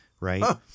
Right